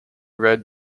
read